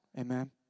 Amen